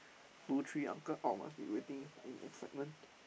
two three uncle out must be waiting in excitement